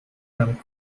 from